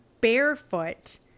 barefoot